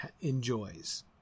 enjoys